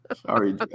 Sorry